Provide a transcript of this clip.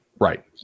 right